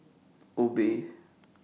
Obey